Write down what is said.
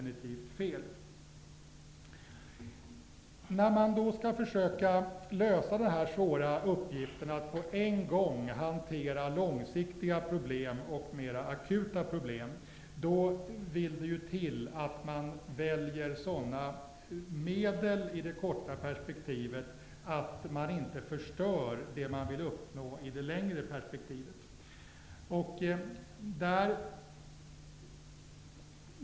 När man skall försöka lösa den svåra uppgiften att på en gång hantera långsiktiga problem och mer akuta problem, vill det till att man väljer sådana medel i det korta perspektivet att man inte förstör det man vill uppnå i det längre perspektivet.